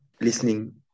listening